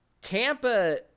Tampa